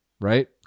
right